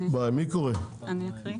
אקריא.